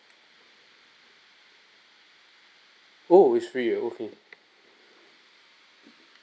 oh it's free err okay